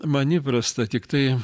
man įprasta tiktai